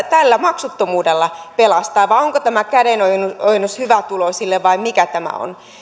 tällä maksuttomuudella pelastaa vai onko tämä kädenojennus hyvätuloisille vai mikä tämä on